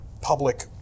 public